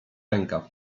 rękaw